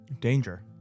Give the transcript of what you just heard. Danger